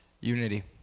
unity